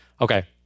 okay